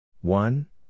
one